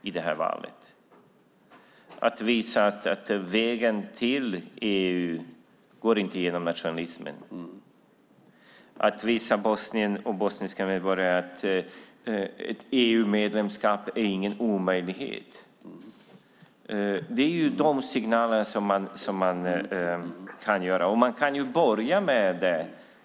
EU har möjlighet att visa att vägen till EU inte går genom nationalism, visa de bosniska medborgarna att ett EU-medlemskap inte är någon omöjlighet. Det är sådana signaler man kan ge. Man kan börja med det.